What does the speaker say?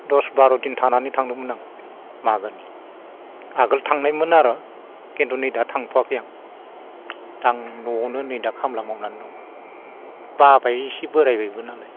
दस बार' दिन थानानै थांदोंमोन आं मागोनि आगोल थांनायमोन आरो खिन्थु नै दा थांथआखै आं दा आं न'आवनो नै दा खामला मावनानै दं बाबाय एसे बोरायबायबोनालाय